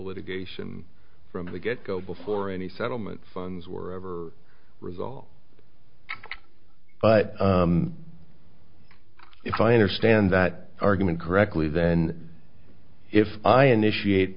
litigation from the get go before any settlement funds were ever resolved but if i understand that argument correctly then if i initiate